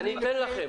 כדאי.